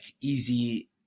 easy